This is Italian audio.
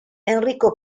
enrico